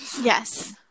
Yes